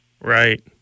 Right